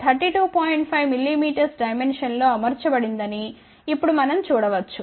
5 mm డైమెన్షన్లో అమర్చబడిందని ఇప్పుడు మనం చూడ వచ్చు